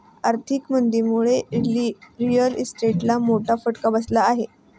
आर्थिक मंदीमुळे रिअल इस्टेटला मोठा फटका बसला आहे